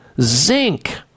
Zinc